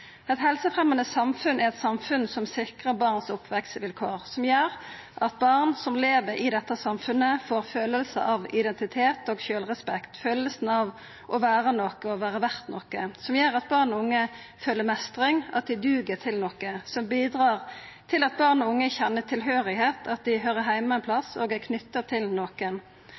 Eit helsefremjande samfunn er eit samfunn som sikrar barns oppvekstvilkår, som gjer at barn som lever i dette samfunnet, får følelsen av identitet og sjølvrespekt, følelsen av å vera noko og vera verdt noko, som gjer at barn og unge føler meistring, at dei duger til noko, som bidreg til at barn og unge kjenner tilhøyrsle, at dei høyrer heime ein plass og er knytte til nokon,